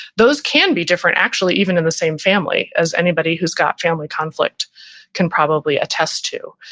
those can be different. actually even in the same family as anybody who's got family conflict can probably attest to,